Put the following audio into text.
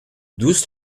douze